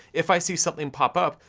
if i see something pop up,